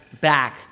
back